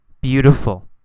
beautiful